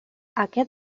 aquest